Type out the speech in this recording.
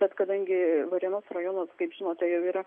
bet kadangi varėnos rajonas kaip žinote jau yra